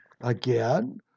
again